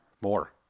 More